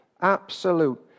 Absolute